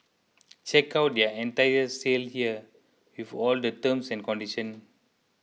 check out their entire sale here with all the terms and conditions